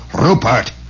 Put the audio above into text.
Rupert